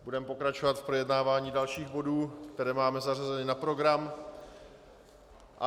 Budeme pokračovat v projednávání dalších bodů, které máme zařazeny na programu.